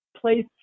place